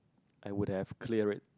I would have clear it